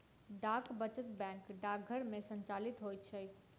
डाक वचत बैंक डाकघर मे संचालित होइत छै